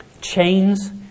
chains